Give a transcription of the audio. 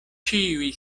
ĉiuj